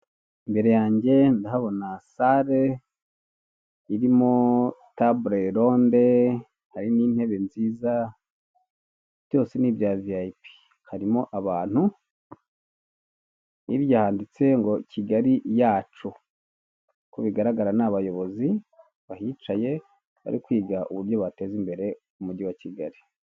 Imitako ya kinyarwanda yo mu bwoko bw'intango imanitse iri mu mabara atandukanye y'umweru n'umukara, umuhondo, icyatsi kaki, ubururu, orange.